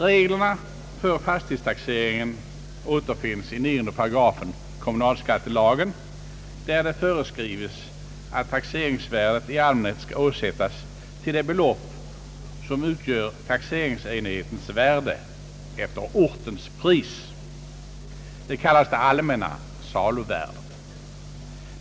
Reglerna = för = fastighetstaxeringen återfinns i 9 § kommunalskattelagen, där det föreskrives att taxeringsvärdet i allmänhet skall åsättas till det belopp som utgör taxeringsenhetens värde efter ortens pris. Detta kallas det allmänna saluvärdet.